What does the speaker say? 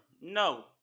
No